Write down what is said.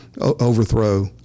overthrow